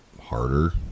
harder